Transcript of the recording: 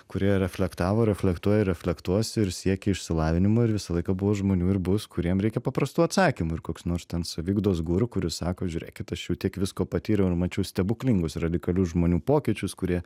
kurie reflektavo reflektuoja ir reflektuos ir siekia išsilavinimo ir visą laiką buvo žmonių ir bus kuriem reikia paprastų atsakymų ir koks nors ten saviugdos guru kuris sako žiūrėkit aš jau tiek visko patyriau ir mačiau stebuklingus radikalius žmonių pokyčius kurie